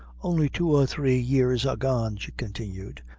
only two or three years agone, she continued,